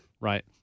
Right